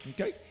Okay